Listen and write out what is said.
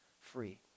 free